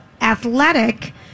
athletic